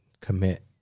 commit